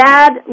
Bad